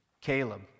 Caleb